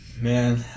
Man